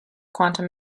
quantum